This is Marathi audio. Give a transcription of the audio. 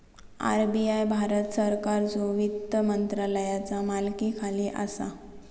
आर.बी.आय भारत सरकारच्यो वित्त मंत्रालयाचा मालकीखाली असा